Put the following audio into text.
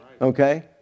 okay